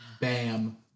Bam